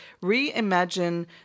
reimagine